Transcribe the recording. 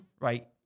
right